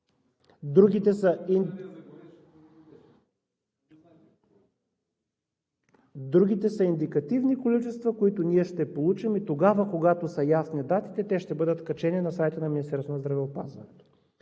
Другите са индикативни количества, които ние ще получим, и тогава, когато са ясни датите, те ще бъдат качени на сайта на Министерството на здравеопазването.